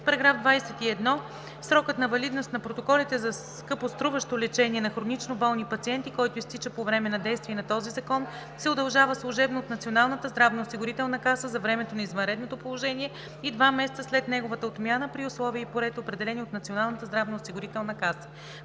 § 21. Срокът на валидност на протоколите за скъпоструващо лечение на хронично болни пациенти, който изтича по време на действие на този закон, се удължава служебно от Националната здравноосигурителна каса за времето на извънредното положение и два месеца след неговата отмяна при условия и по ред, определени от Националната здравноосигурителна каса.